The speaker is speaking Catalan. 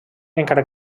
encara